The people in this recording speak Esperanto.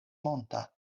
monta